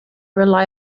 rely